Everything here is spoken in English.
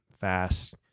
fast